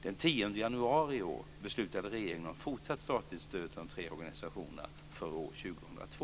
Den 10 januari i år beslutade regeringen om fortsatt statligt stöd till de tre organisationerna för år 2002.